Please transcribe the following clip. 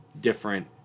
different